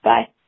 Bye